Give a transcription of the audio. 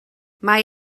mae